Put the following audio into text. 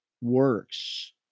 works